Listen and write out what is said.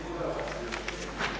Hvala vam.